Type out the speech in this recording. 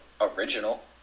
original